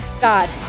God